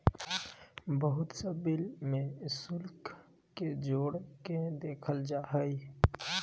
बहुत सा बिल में शुल्क के जोड़ के देखल जा हइ